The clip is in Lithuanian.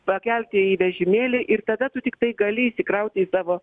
pakelti į vežimėlį ir tada tu tiktai gali įsikrauti į tavo